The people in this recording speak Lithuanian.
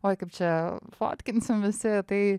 oi kaip čia fotkinsim visi tai